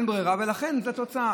לה אין ברירה, ולכן זאת התוצאה.